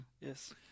yes